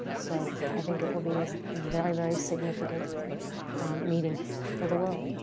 so i think it will be a very, very significant meeting for the world.